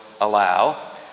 allow